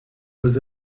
was